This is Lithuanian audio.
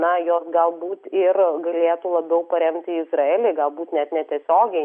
na jos galbūt ir galėtų labiau paremti izraelį galbūt net netiesiogiai